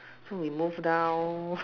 so we move down